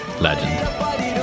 legend